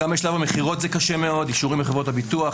גם שלב המכירות זה קשה מאוד: אישורים מחברות הביטוח,